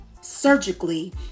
surgically